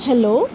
hello